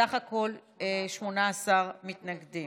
סך הכול 18 מתנגדים.